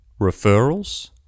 referrals